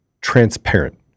transparent